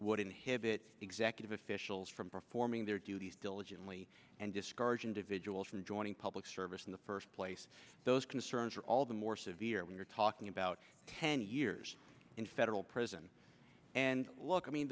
would inhibit executive officials from performing their duties diligently and discourage individuals from joining public service in the first place those concerns are all the more severe when you're talking about ten years in federal prison and look i mean